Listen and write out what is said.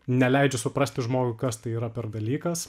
neleidžia suprasti žmogui kas tai yra per dalykas